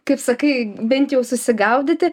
kaip sakai bent jau susigaudyti